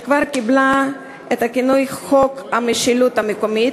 שכבר קיבלה את הכינוי "חוק המשילות המקומי",